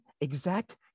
exact